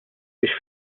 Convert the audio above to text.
biex